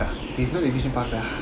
பார்க்கலாம்:parkalam